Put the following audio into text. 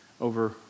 over